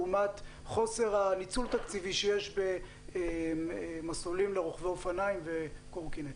לעומת חוסר הניצול התקציבי שיש במסלולים לרוכבי אופניים וקורקינטים.